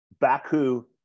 Baku